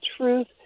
truth